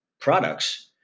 products